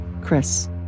Chris